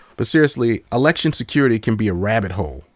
but seriously, election security can be a rabbit hole.